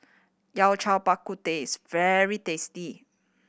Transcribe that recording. Yao Cai Bak Kut Teh is very tasty